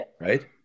right